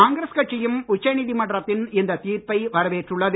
காங்கிரஸ் கட்சியும் உச்சநீதிமன்றத்தின் இந்த தீர்ப்பை வரவேற்றுள்ளது